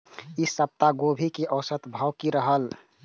ई सप्ताह गोभी के औसत भाव की रहले?